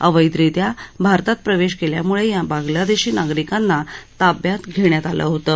अवैधरित्या भरतात प्रवेश केल्यामुळे या बांगलादेशी नागरिकांना ताब्यात घेण्यात आलं होतं